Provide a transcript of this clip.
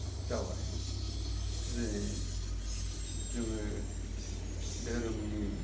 जाबाय जेने जोङो दोहोरोमनि